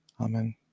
Amen